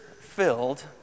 filled